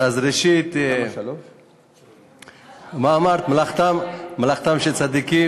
אז ראשית מה אמרת, מלאכתם של צדיקים?